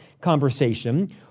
conversation